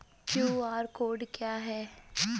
QR code क्या है?